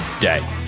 day